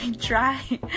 try